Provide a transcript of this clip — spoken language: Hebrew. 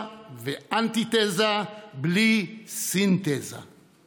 בין תיק אחד למשנהו.